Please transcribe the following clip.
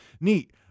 Neat